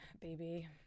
baby